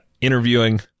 interviewing